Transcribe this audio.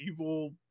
evil